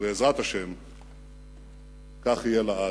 ובעזרת השם כך יהיה לעד.